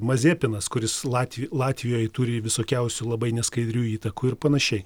maziepinas kuris latv latvijoj turi visokiausių labai neskaidrių įtakų ir panašiai